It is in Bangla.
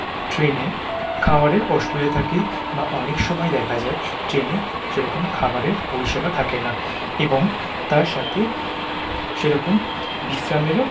ট্রেনে খাওয়ারের অসুবিধা থাকে বা অনেক সময় দেখা যায় ট্রেনে সেরকম খাবারের পরিষেবা থাকে না এবং তার সাথে সেরকম বিশ্রামেরও